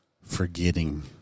Forgetting